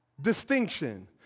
distinction